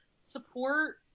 support